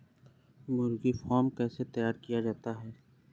मुर्गी फार्म कैसे तैयार किया जाता है?